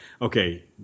okay